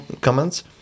comments